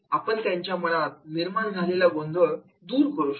आपण त्यांच्या मनात निर्माण झालेला गोंधळ दूर करू शकतो